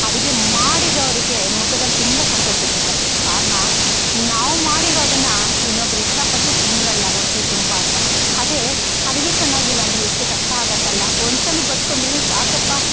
ಅಡುಗೆ ಮಾಡಿದವರಿಗೆ ಮುಖದಲ್ಲಿ ತುಂಬ ಸಂತೋಷ ಸಿಗುತ್ತೆ ಕಾರಣ ನಾವು ಮಾಡಿರೋದನ್ನು ಇನ್ನೊಬ್ರು ಇಷ್ಟಪಟ್ಟು ತಿಂದ್ರಲ್ಲ ಹೊಟ್ಟೆ ತುಂಬ ಅಂತ ಅದೇ ಅಡುಗೆ ಚೆನ್ನಾಗಿಲ್ಲಂದ್ರೆ ಎಷ್ಟು ಕಷ್ಟ ಆಗುತ್ತಲ್ಲ ಒಂದ್ಸಲ ಬಡ್ಸ್ಕೊಂಡ್ರೆಯೇ ಸಾಕಪ್ಪ